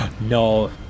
No